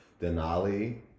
Denali